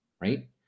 right